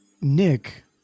Nick